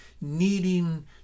needing